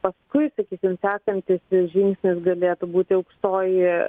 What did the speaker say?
paskui sakykim sekantis žingsnis galėtų būti aukštoji